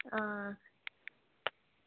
आं